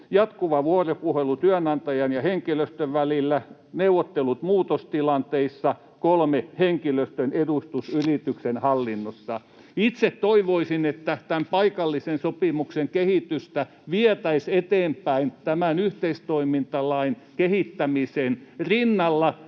jatkuva vuoropuhelu työnantajan ja henkilöstön välillä, 2) neuvottelut muutostilanteissa, 3) henkilöstön edustus yrityksen hallinnossa. Itse toivoisin, että tämän paikallisen sopimisen kehitystä vietäisiin eteenpäin tämän yhteistoimintalain kehittämisen rinnalla,